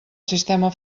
sistema